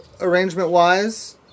arrangement-wise